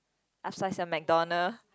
upsize your MacDonald